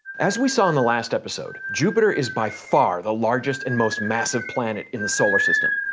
as we saw in the last episode, jupiter is by far the largest and most massive planet in the solar system.